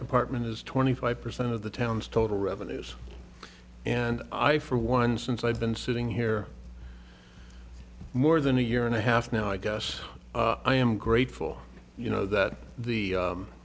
department is twenty five percent of the town's total revenues and i for one since i've been sitting here more than a year and a half now i guess i am grateful you know that the